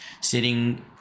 sitting